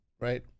right